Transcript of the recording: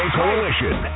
Coalition